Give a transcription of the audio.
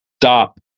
stop